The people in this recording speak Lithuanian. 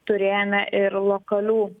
turėjome ir lokalių